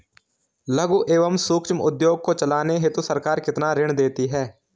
लघु एवं सूक्ष्म उद्योग को चलाने हेतु सरकार कितना ऋण देती है?